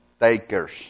takers